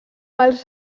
els